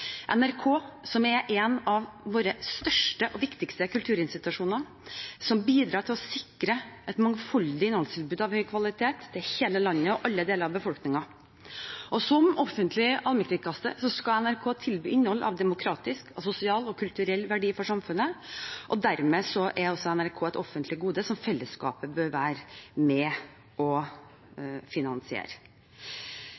NRK som er en av våre største og viktigste kulturinstitusjoner, og som bidrar til å sikre et mangfoldig innholdstilbud av høy kvalitet til hele landet og alle deler av befolkningen. Som offentlig allmennkringkaster skal NRK tilby innhold av demokratisk, sosial og kulturell verdi for samfunnet. Dermed er NRK et offentlig gode som fellesskapet bør være med på å